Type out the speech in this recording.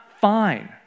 fine